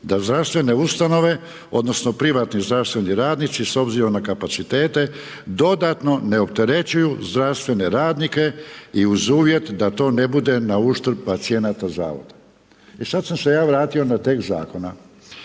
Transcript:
da zdravstvene ustanove odnosno privatni zdravstveni radnici s obzirom na kapacitete, dodatno ne opterećuju zdravstvene radnike i uz uvjet da to ne bude nauštrb pacijenata u zavodu. E sad sam se ja vratio na tekst zakona.